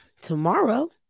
tomorrow